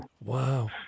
Wow